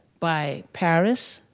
by paris,